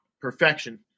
perfection